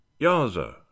yaza